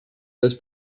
this